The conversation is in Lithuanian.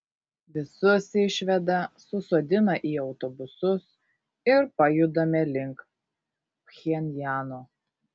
visus išveda susodina į autobusus ir pajudame link pchenjano